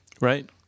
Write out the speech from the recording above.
Right